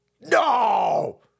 No